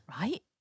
Right